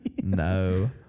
No